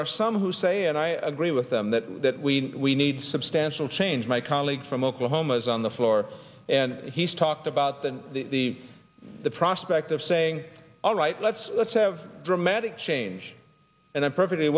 are some who say and i agree with them that that we we need substantial change my colleague from oklahoma is on the floor and he's talked about than the the prospect of saying all right let's let's have dramatic change and i'm perfectly